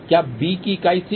क्या B की इकाई थी